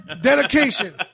Dedication